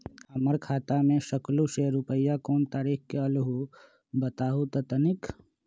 हमर खाता में सकलू से रूपया कोन तारीक के अलऊह बताहु त तनिक?